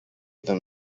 than